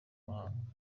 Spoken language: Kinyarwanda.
mahanga